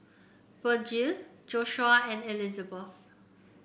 Vergil Joshuah and Elizabeth